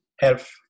health